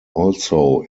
also